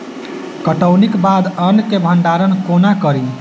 कटौनीक बाद अन्न केँ भंडारण कोना करी?